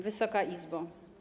Wysoka Izbo!